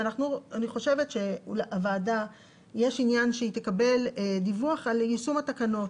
אני חושבת שיש עניין שהוועדה תקבל דיווח על יישום התקנות,